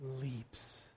leaps